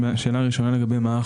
זה חלם ברמות מתקדמות מאוד.